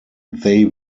they